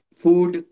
food